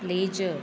pleasure